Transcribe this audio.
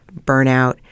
burnout